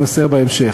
יימסר בהמשך,